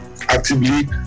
actively